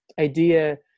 idea